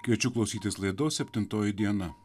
kviečiu klausytis laidos septintoji diena